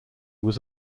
was